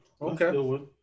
okay